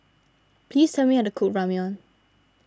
please tell me how to cook Ramyeon